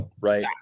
right